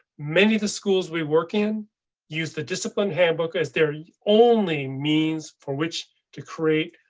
many of the schools we work in use the discipline handbook as their only means for which to create,